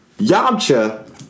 Yamcha